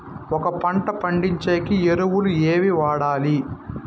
ఒక పంట పండించేకి ఎరువులు ఏవి వాడాలి?